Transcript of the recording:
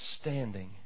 standing